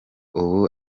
ubu